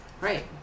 Right